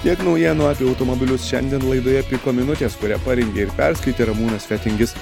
tiek naujienų apie automobilius šiandien laidoje piko minutės kurią parengė ir perskaitė ramūnas fetingis